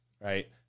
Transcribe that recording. right